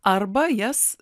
arba jas